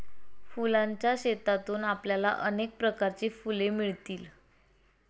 फुलांच्या शेतातून आपल्याला अनेक प्रकारची फुले मिळतील